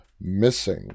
missing